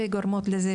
שגם גורמות לכך